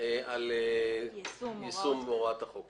על יישום הוראות החוק.